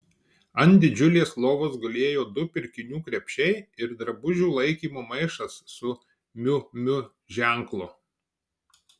ant didžiulės lovos gulėjo du pirkinių krepšiai ir drabužių laikymo maišas su miu miu ženklu